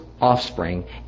offspring